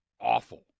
awful